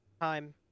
time